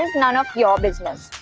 none of your business.